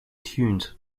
tuned